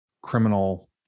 criminal